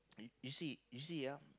you you see you see ah